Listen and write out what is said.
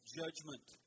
judgment